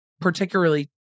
particularly